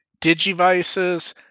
digivices